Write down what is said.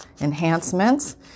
enhancements